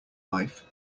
life